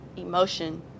emotion